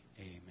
Amen